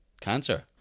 cancer